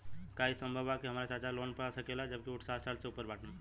का ई संभव बा कि हमार चाचा लोन पा सकेला जबकि उ साठ साल से ऊपर बाटन?